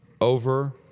over